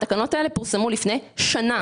התקנות האלה פורסמו לפני שנה.